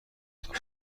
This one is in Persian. اتاق